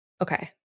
Okay